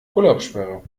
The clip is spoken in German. urlaubssperre